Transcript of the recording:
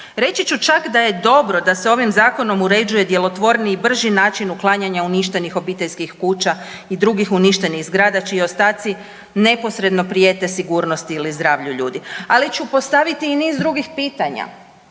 Reći ću čak da je dobro da se ovim Zakonom uređuje djelotvorniji i bržiji način uklanjanja uništenih obiteljskih kuća i drugih uništenih zgrada čiji ostaci neposredno prijete sigurnosti ili zdravlju ljudi, ali ću postaviti i niz drugih pitanja.